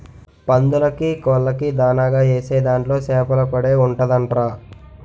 పందులకీ, కోళ్ళకీ దానాగా ఏసే దాంట్లో సేపల పొడే ఉంటదంట్రా